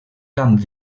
camp